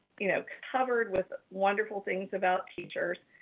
you know, covered with wonderful things about teachers.